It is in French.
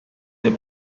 des